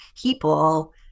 people